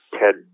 Ted